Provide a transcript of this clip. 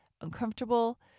uncomfortable